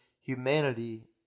humanity